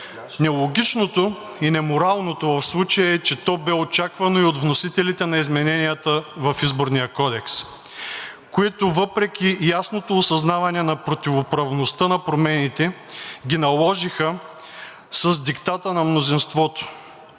Нелогичното и неморалното в случая е, че то бе очаквано и от вносителите на измененията в Изборния кодекс, които въпреки ясното осъзнаване на противоправността на промените ги наложиха с диктата на мнозинството.